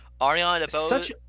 Ariana